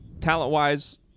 Talent-wise